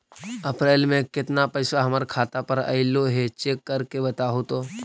अप्रैल में केतना पैसा हमर खाता पर अएलो है चेक कर के बताहू तो?